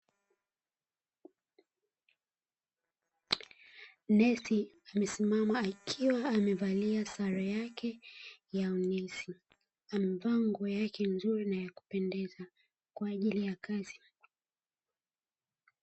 Nesi amesimama akiwa amevalia sare yake ya unesi. Amevaa nguo yake nzuri na kupendeza kwaajili ya kazi .